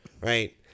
Right